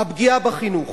הפגיעה בחינוך.